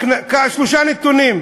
רק שלושה נתונים,